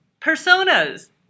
personas